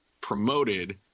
promoted